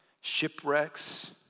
shipwrecks